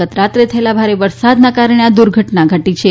ગત રાત્રે થયેલા ભારે વરસાદના કારણે આ દુર્ધટના ઘટી હતી